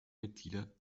mitglieder